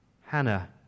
Hannah